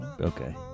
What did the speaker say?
okay